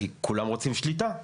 כי כולם רוצים שליטה.